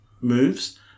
moves